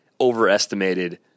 overestimated